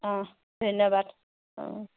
অঁ ধন্যবাদ অঁ